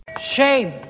Shame